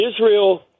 Israel